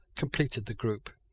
completed the group.